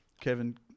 Kevin